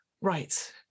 Right